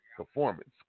Performance